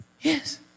Yes